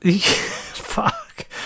fuck